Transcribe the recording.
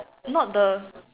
not the